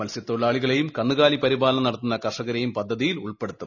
മത്സ്യതൊഴിലാളികളെയും കന്നുകാലി പരിപാലനം നടത്തുന്ന കർഷകരെയും പദ്ധതിയിലുൾപ്പെടുത്തും